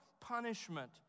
punishment